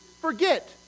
forget